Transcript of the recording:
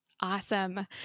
Awesome